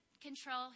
control